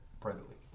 privately